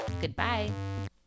goodbye